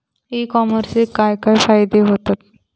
E कॉमर्सचे काय काय फायदे होतत?